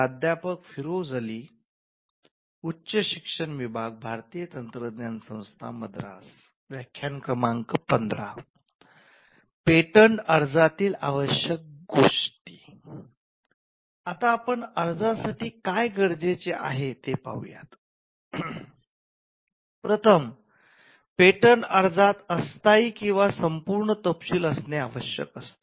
प्रथम पेटंट अर्जात अस्थायी किंवा संपूर्ण तपशील असणे आवश्यक असते